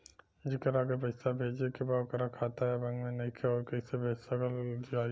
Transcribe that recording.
जेकरा के पैसा भेजे के बा ओकर खाता ए बैंक मे नईखे और कैसे पैसा भेजल जायी?